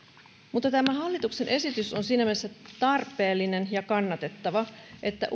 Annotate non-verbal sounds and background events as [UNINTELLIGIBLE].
tämä hallituksen esitys on siinä mielessä tarpeellinen ja kannatettava että [UNINTELLIGIBLE]